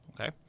Okay